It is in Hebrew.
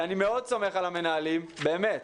אני מאוד סומך על המנהלים, באמת,